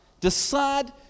decide